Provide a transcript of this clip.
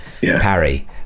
Parry